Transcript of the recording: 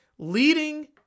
Leading